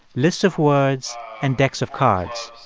lists of words and decks of cards.